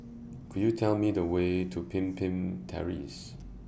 Could YOU Tell Me The Way to Pemimpin Terrace